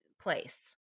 place